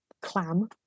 clam